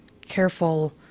careful